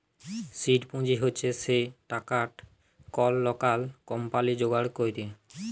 seed পুঁজি হছে সে টাকাট কল লকাল কম্পালি যোগাড় ক্যরে